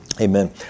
Amen